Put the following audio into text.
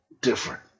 different